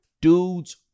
Dudes